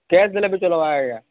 cash ଦେଲେ ବି ଚଲବା ଆଜ୍ଞା